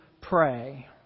pray